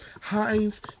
Heinz